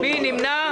מי נמנע?